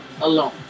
alone